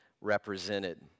represented